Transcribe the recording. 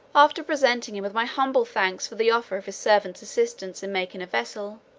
after presenting him with my humble thanks for the offer of his servants' assistance in making a vessel,